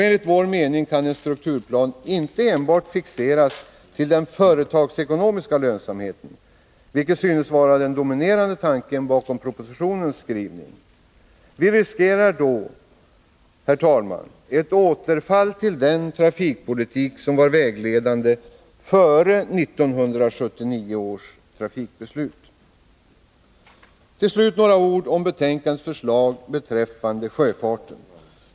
Enligt vår mening kan en strukturplan inte enbart fixeras till den företagsekonomiska lönsamheten, vilket synes vara den dominerande tanken bakom propositionen. Vi riskerar då, herr talman, ett återfall till den trafikpolitik som var vägledande före 1979 års trafikbeslut. Herr talman! Sedan några ord om betänkandets förslag beträffande sjöfarten.